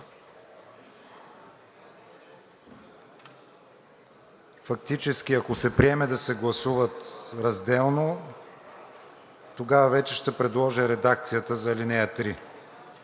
Фактически, ако се приеме да се гласуват разделно, тогава вече ще предложа редакцията за ал. 3,